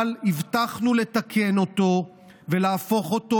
אבל הבטחנו לתקן אותו ולהפוך אותו